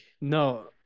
No